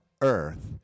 earth